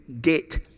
get